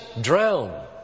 drown